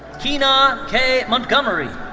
kena k. montgomery.